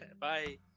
Bye